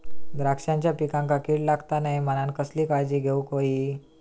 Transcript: द्राक्षांच्या पिकांक कीड लागता नये म्हणान कसली काळजी घेऊक होई?